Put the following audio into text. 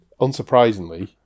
Unsurprisingly